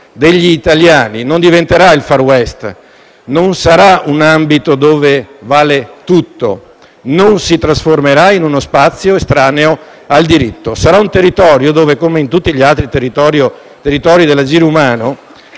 degli italiani non diventerà il *far west*; non sarà un ambito dove vale tutto; non si trasformerà in uno spazio estraneo al diritto; sarà invece un territorio in cui - come in tutti gli altri dell'agire umano